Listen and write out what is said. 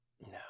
No